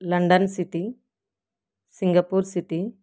London city Singapore city